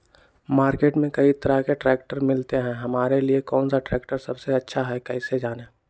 Market में कई तरह के ट्रैक्टर मिलते हैं हमारे लिए कौन सा ट्रैक्टर सबसे अच्छा है कैसे जाने?